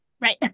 right